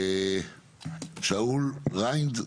שאול רינד,